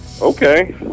Okay